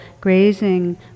grazing